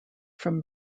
from